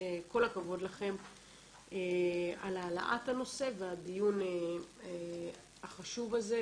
כל הכבוד לכם על העלאת הנושא ועל הדיון החשוב הזה,